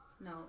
no